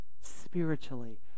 spiritually